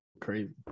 crazy